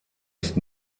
ist